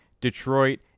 Detroit